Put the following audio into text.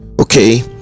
okay